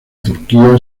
turquía